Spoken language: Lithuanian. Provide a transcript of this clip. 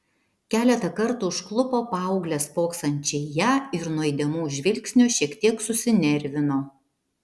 keletą kartų užklupo paauglę spoksančią į ją ir nuo įdėmaus žvilgsnio šiek tiek susinervino